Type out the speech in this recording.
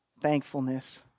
thankfulness